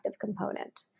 component